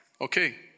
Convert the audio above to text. Okay